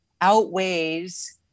outweighs